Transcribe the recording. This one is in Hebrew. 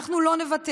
אנחנו לא נוותר,